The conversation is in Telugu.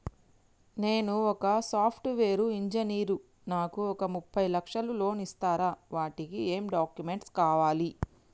నేను ఒక సాఫ్ట్ వేరు ఇంజనీర్ నాకు ఒక ముప్పై లక్షల లోన్ ఇస్తరా? వాటికి ఏం డాక్యుమెంట్స్ కావాలి?